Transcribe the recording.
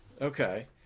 Okay